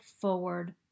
forward